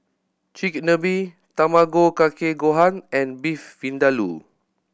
Chigenabe Tamago Kake Gohan and Beef Vindaloo